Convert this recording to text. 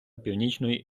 північної